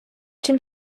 чим